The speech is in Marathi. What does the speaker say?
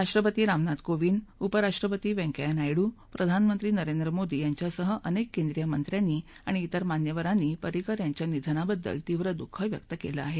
राष्ट्रपती रामनाथ कोविंद उपराष्ट्रपती व्यंकय्या नायडू प्रधानमंत्री नरेंद्र मोदी यांच्यासह अनेक केंद्रीय मंत्र्यांनी आणि इतर मान्यवरांनी परिंकर यांच्या निधनाबद्दल तीव्र दुःख व्यक्त केलं आहे